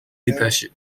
détaché